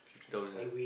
fifty thousand